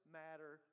matter